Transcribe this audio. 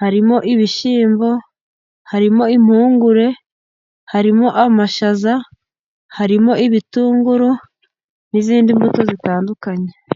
harimo ibishyimbo, harimo impungure, harimo amashaza, harimo ibitunguru n'izindi mbuto zitandukanye.